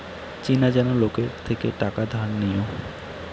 চেনা জানা লোকের থেকে টাকা ধার নিও